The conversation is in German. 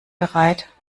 bereit